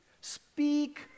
Speak